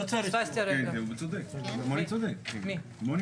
אבל בגופי כשרות כן עושים את ההפרדה בין הממונה,